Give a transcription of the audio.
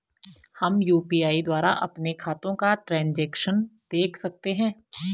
हम यु.पी.आई द्वारा अपने खातों का ट्रैन्ज़ैक्शन देख सकते हैं?